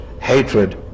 hatred